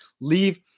leave